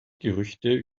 gerüchte